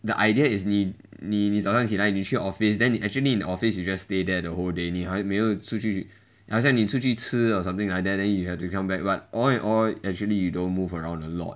the idea is 你你早上起来你去 office then actually in office you just stay there the whole day 你还没有出去好像你出去吃 or something like that and then you have to come back what all in all actually you don't move around a lot